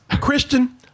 Christian